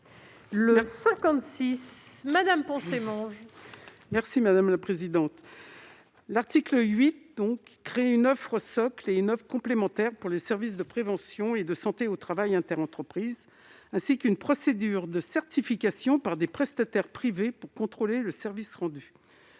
Poncet Monge, pour présenter l'amendement n° 56. L'article 8 crée une offre socle et une offre complémentaire pour les services de prévention et de santé au travail interentreprises (SPSTI), ainsi qu'une procédure de certification par des prestataires privés pour contrôler le service rendu.